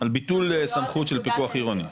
--- על ביטול סמכויות של פיקוח עירוני,